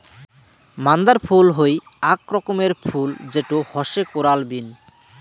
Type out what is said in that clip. মান্দার ফুল হই আক রকমের ফুল যেটো হসে কোরাল বিন